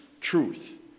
truth